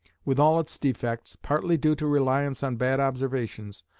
with all its defects, partly due to reliance on bad observations,